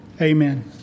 Amen